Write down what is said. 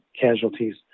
casualties